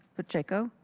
pacheco.